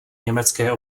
německé